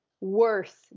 worse